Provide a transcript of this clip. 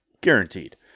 guaranteed